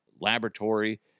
laboratory